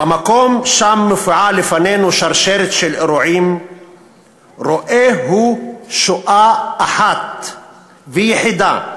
במקום שם מופיעה לפנינו שרשרת של אירועים רואה הוא שואה אחת ויחידה,